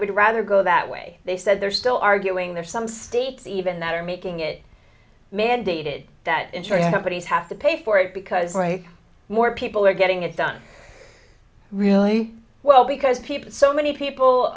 would rather go that way they said they're still arguing there's some states even that are making it mandated that insurance companies have to pay for it because more people are getting it done really well because people so many people